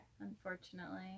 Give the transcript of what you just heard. Unfortunately